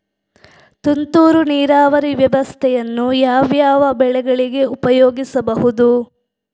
ತುಂತುರು ನೀರಾವರಿ ವ್ಯವಸ್ಥೆಯನ್ನು ಯಾವ್ಯಾವ ಬೆಳೆಗಳಿಗೆ ಉಪಯೋಗಿಸಬಹುದು?